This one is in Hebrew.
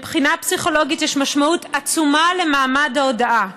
מבחינה פסיכולוגית יש משמעות עצומה למעמד ההודעה.